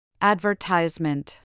Advertisement